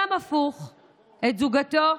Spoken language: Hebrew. את זוגתו,